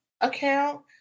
account